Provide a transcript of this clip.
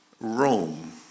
Rome